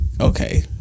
okay